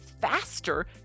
faster